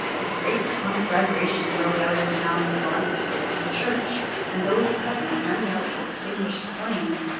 a great conflagration broke out in the town when the body was placed in the church and those present running out to extinguish the flames,